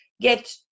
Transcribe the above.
get